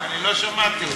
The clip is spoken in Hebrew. לא שמעתי אותו.